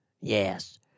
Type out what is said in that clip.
Yes